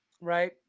right